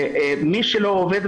מי שלא עובד,